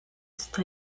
está